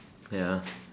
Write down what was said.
ya